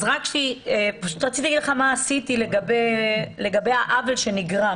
רציתי לומר לך מה עשיתי לגבי העוול שנגרם.